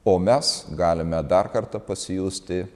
o mes galime dar kartą pasijusti